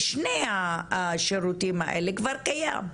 בין שני השירותים האלה, כבר קיים.